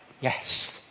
Yes